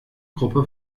gruppe